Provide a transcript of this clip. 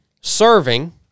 serving